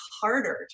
harder